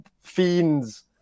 fiends